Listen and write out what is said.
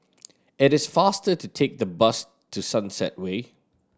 it is faster to take the bus to Sunset Way